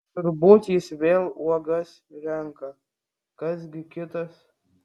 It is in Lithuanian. turbūt jis vėl uogas renka kas gi kitas